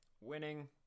Winning